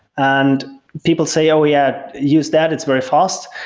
and people say, oh, yeah. use that. it's very fast.